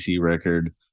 record